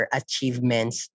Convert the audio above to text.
achievements